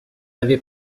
avait